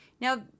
Now